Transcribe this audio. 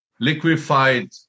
liquefied